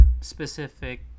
specific